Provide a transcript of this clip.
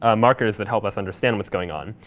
ah markers that help us understand what's going on.